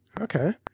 Okay